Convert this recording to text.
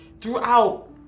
throughout